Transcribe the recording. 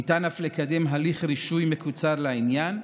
ניתן אף לקדם הליך רישוי מקוצר לעניין.